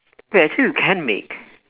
wait actually you can make